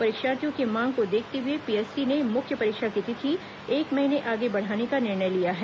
परीक्षार्थियों की मांग को देखते हुए पीएससी ने मुख्य परीक्षा की तिथि एक महीने आगे बढ़ाने का निर्णय लिया है